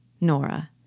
Nora